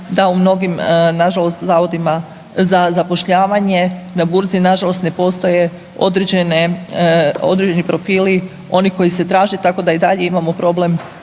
da u mnogim nažalost zavodima za zapošljavanje, na burzi nažalost ne postoje određene, određeni profili oni koji se traže tako da i dalje imamo problem